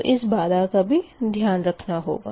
तो इस बाधा का भी ध्यान रखना होगा